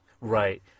Right